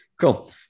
Cool